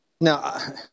Now